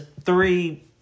three